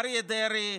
אריה דרעי,